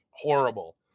horrible